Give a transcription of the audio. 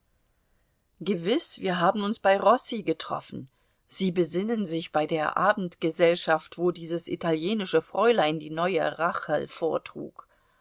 gewiß wir haben uns bei rossi getroffen sie besinnen sich bei der abendgesellschaft wo dieses italienische fräulein die neue rachel vortrug